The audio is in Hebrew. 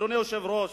אדוני היושב-ראש,